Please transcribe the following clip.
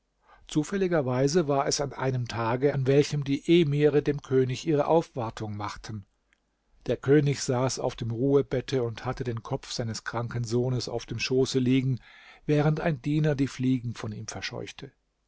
zufälligerweise war es an einem tage an welchem die emire dem könig ihre aufwartung machten der könig saß auf dem ruhebette und hatte den kopf seines kranken sohnes auf dem schoße liegen während ein diener die fliegen von ihm verscheuchte